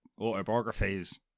autobiographies